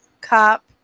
cop